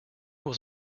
was